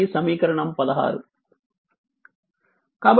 ఇది సమీకరణం 16